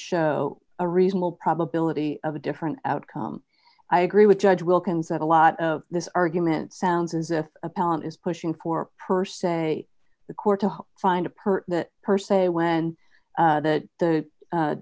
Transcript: show a reasonable probability of a different outcome i agree with judge wilkins that a lot of this argument sounds as if appellant is pushing for per se the court to find a perch that per se when the